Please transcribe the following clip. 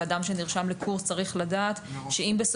ואדם שנרשם לקורס צריך לדעת שאם הוא יורשע,